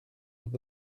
with